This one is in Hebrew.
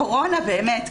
הקורונה באמת,